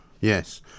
Yes